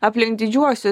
aplink didžiuosius